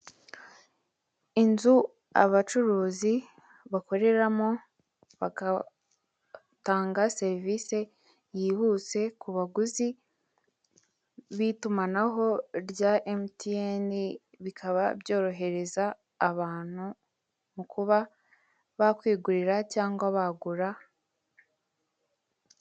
Inzu abacuruzi bakoreramo bagatanga serivise yihuse ku baguzi b'itumanaho rya mtn. Bikaba byorohereza abantu mu kuba bakwigurira cyangwa bagura.